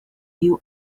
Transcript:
you